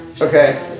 Okay